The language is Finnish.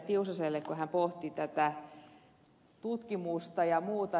tiusaselle kun hän pohti tätä tutkimusta ja muuta